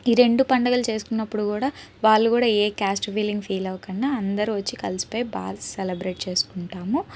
ఈ రెండు పండుగలు చేసుకున్నప్పుడు కూడా వాళ్ళు కూడా ఏ క్యాస్ట్ ఫీలింగ్ ఫీల్ అవ్వకుండా అందరూ వచ్చి కలిసిపోయి బాల్స్ సెలబ్రేట్ చేసుకుంటాము